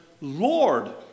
Lord